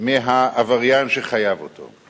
מהעבריין שחייב אותו.